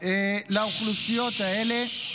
לאוכלוסיות האלה.